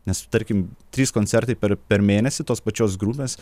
nes tarkim trys koncertai per per mėnesį tos pačios grupės